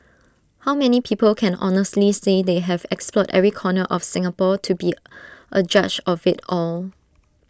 how many people can honestly say they have explored every corner of Singapore to be A judge of IT all